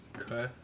Okay